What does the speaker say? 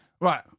Right